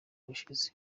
ubushize